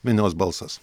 minios balsas